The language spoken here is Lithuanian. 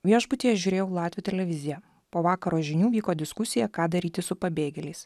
viešbutyje žiūrėjau latvių televiziją po vakaro žinių vyko diskusija ką daryti su pabėgėliais